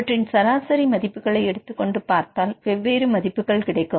அவற்றின் சராசரி மதிப்புகளை எடுத்துக்கொண்டு பார்த்தால் வெவ்வேறு மதிப்புகள் கிடைக்கும்